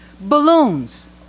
Balloons